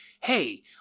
hey